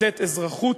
לתת אזרחות